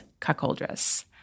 Cuckoldress